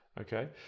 Okay